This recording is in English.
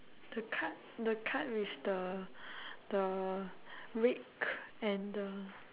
the cart the cart with the the brick and the